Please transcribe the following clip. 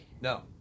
No